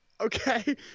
okay